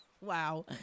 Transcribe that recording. Wow